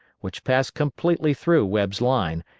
which passed completely through webb's line,